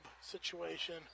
situation